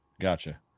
gotcha